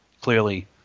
clearly